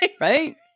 right